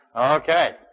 Okay